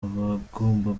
abagomba